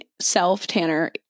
self-tanner